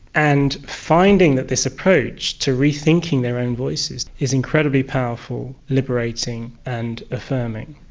and finding that this approach to rethinking their own voices is incredibly powerful, liberating and affirming.